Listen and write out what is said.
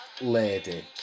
lady